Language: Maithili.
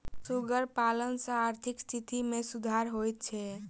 सुगर पालन सॅ आर्थिक स्थिति मे सुधार होइत छै